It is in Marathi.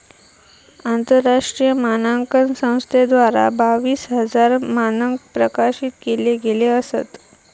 आंतरराष्ट्रीय मानांकन संस्थेद्वारा बावीस हजार मानंक प्रकाशित केले गेले असत